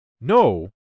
No